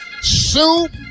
Soup